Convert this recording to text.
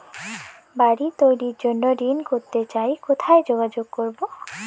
বাড়ি তৈরির জন্য ঋণ করতে চাই কোথায় যোগাযোগ করবো?